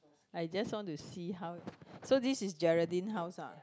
I just want to see how so this is Geraldine house ah